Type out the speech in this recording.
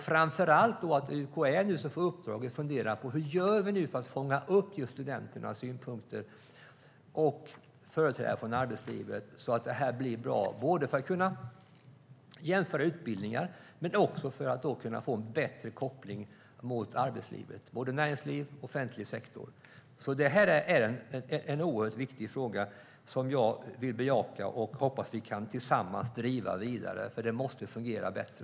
Framför allt ska UKÄ få uppdraget att fundera på hur man ska göra för att fånga upp synpunkter från studenter och företrädare från arbetslivet så att det här blir bra för att både kunna jämföra utbildningar och få en bättre koppling till arbetslivet, till både näringsliv och offentlig sektor. Det här är alltså en oerhört viktig fråga som jag vill bejaka och hoppas att vi tillsammans kan driva vidare, för det måste fungera bättre.